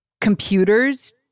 computers